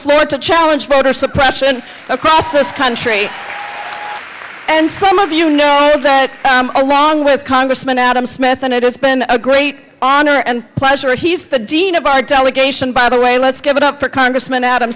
floor to challenge voter suppression across this country and some of you know that along with congressman adam smith and it has been a great honor and pleasure he the dean of our delegation by the way let's give it up for congressman adam